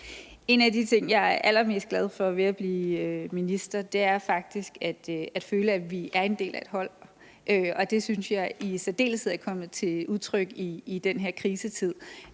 En af de ting, jeg er allermest glad for ved at være minister, er faktisk at føle, at vi er en del af et hold. Og det synes jeg i særdeleshed er kommet til udtryk i den her krisetid,